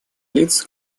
лиц